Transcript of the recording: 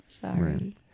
sorry